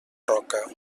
roca